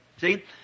See